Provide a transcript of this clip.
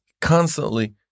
constantly